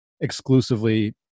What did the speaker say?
exclusively